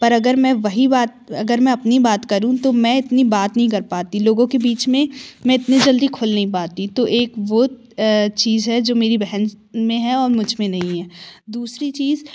अगर मैं वही बात अगर मैं अपनी बात करूँ तो मैं इतनी बात नहीं कर पाती लोगों के बीच में इतनी जल्दी खुल नहीं पाती तो एक वो चीज है जो मेरी बहन में है मुझमें नहीं है दूसरी चीज